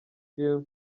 film